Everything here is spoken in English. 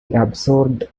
absorbed